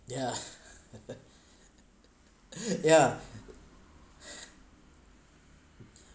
yeah yeah